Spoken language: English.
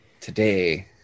today